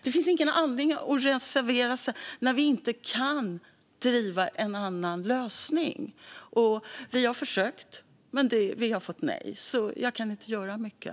Det finns ingen anledning att reservera sig när vi inte kan driva fram förslag på en annan lösning. Vi har försökt, men vi har fått nej. Jag kan inte göra så mycket.